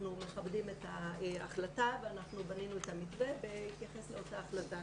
אנחנו מכבדים את ההחלטה ואנחנו בנינו את המתווה בהתייחס לאותה החלטה,